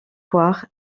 poires